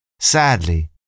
Sadly